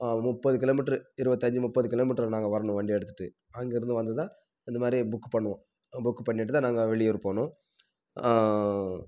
முப்பது kilometre இருபத்தஞ்சி முப்பது கிலோ மீட்ரு நாங்கள் வரணும் வண்டியை எடுத்துகிட்டு அங்கிருந்து வந்ததுதான் இந்த மாதிரி புக் பண்ணுவோம் புக்கு பண்ணிவிட்டு தான் நாங்கள் வெளியூர் போகணும்